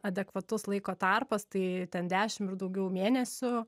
adekvatus laiko tarpas tai ten dešim ir daugiau mėnesių